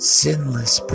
sinless